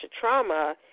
trauma